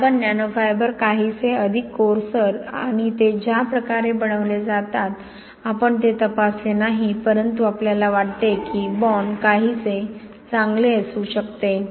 carbon nano fibre काहीसे अधिक coarser आणि ते ज्या प्रकारे बनवले जातात आपण ते तपासले नाही परंतु आपल्याला वाटते की बाँड काहीसे चांगले असू शकते